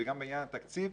וגם בעניין התקציב,